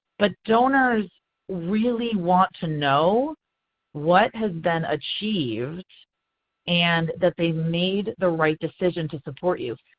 but donors really want to know what has been achieved and that they made the right decision to support you.